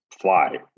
fly